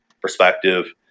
perspective